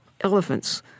elephants